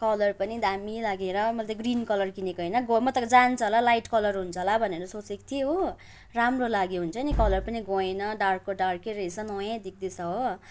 colour पनि दामी लाग्यो हेर मैले त ग्रिन कलर किनेको होइन म त जान्छ होला लाइट कलर हुन्छ होला भनेर सोचेको थिएँ हो राम्रो लाग्यो हुन्छ नि कलर पनि गएन डार्कको डार्कै रहेछ नयाँ देख्दैछ हो